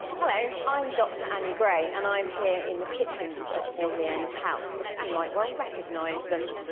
hello i am doctor annie gray and i'm here in the kitchens at audley end house. you might well recognise them.